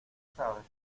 sabes